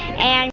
and,